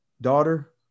Daughter